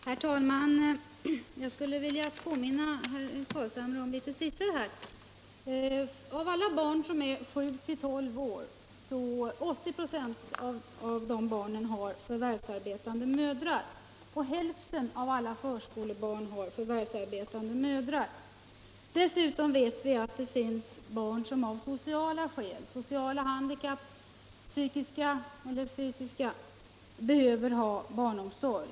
Herr talman! Jag skulle vilja påminna herr Carlshamre om några siffror. Av barn i åldersgruppen 7-12 år har 80 94 förvärvsarbetande mödrar. Hälften av alla förskolebarn har förvärvsarbetande mödrar. Dessutom vet vi att det finns barn som av sociala skäl — psykiska eller fysiska handikapp — behöver barnomsorg.